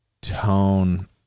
tone